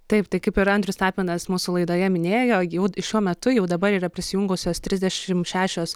taip tai kaip ir andrius tapinas mūsų laidoje minėjo jau šiuo metu jau dabar yra prisijungusios trisdešimt šešios